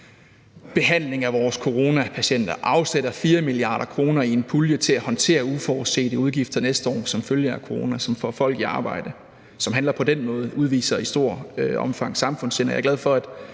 behandlingen af vores coronapatienter, og som afsætter 4 mia. kr. i en pulje til at håndtere uforudsete udgifter næste år som følge af corona, hvilket får folk i arbejde, altså en regering, som handler på den måde, udviser i stort omfang samfundssind.